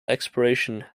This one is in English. expiration